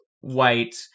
white